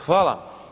Hvala.